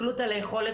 הסתכלות על היכולת,